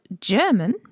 German